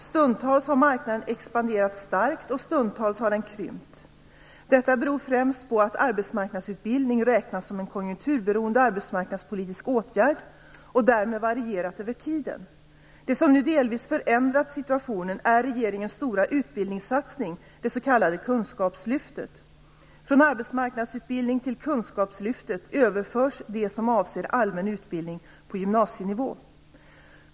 Stundtals har marknaden expanderat starkt, och stundtals har den krympt. Detta beror främst på att arbetsmarknadsutbildning räknas som en konjunkturberoende arbetsmarknadspolitisk åtgärd och därmed varierar över tiden. Det som nu delvis förändrat situationen är regeringens stora utbildningssatsning, det s.k. kunskapslyftet. Från arbetsmarknadsutbildningen till kunskapslyftet överförs det som avser allmän utbildning på gymnasienivå.